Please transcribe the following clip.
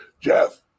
Jeff